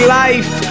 life